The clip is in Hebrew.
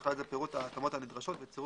ובכלל זה פירוט ההתאמות הנדרשות וצירוף